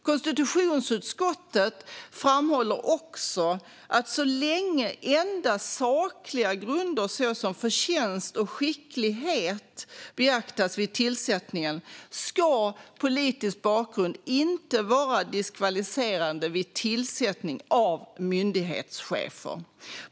Konstitutionsutskottet framhåller också att så länge endast sakliga grunder såsom förtjänst och skicklighet beaktas vid tillsättningen ska politisk bakgrund inte vara diskvalificerande vid tillsättning av myndighetschefer.